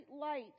light